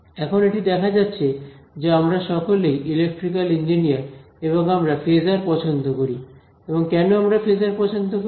এখন এটি দেখা যাচ্ছে যে আমরা সকলেই ইলেকট্রিক্যাল ইঞ্জিনিয়ার এবং আমরা ফেজার পছন্দ করি এবং কেন আমরা ফেজার পছন্দ করি